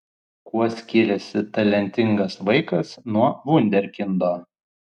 kuo skiriasi talentingas vaikas nuo vunderkindo